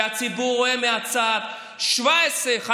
כי הציבור רואה מהצד ש-17,000,